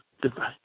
Goodbye